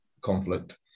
conflict